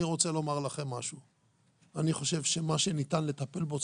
אני חושב שמה שניתן לטפל בו,